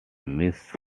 miss